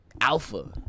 alpha